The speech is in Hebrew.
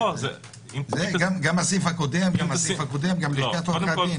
גם הסעיף הקודם, גם לשכת עורכי הדין